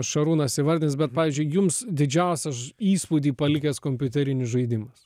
šarūnas įvardins bet pavyzdžiui jums didžiausią įspūdį palikęs kompiuterinis žaidimas